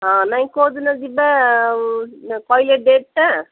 ହଁ ନାଇଁ କୋଉଦିନ ଯିବା ଆଉ କହିଲେ ଡେଟ୍ଟା